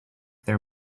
their